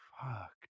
Fuck